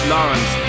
Lawrence